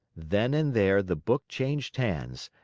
then and there, the book changed hands.